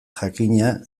jakina